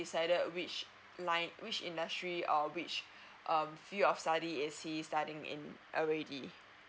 decided which line which industry or which um field of study is he studying in already